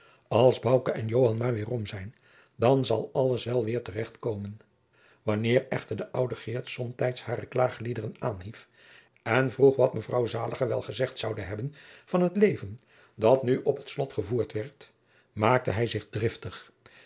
als bouke en joan maar weêrom zijn dan zal alles jacob van lennep de pleegzoon wel weêr te recht komen wanneer echter de oude geert somtijds hare klaagliederen aanhief en vroeg wat mevrouw zaliger wel gezegd zoude hebben van het leven dat nu op het slot gevoerd werd maakte hij zich driftig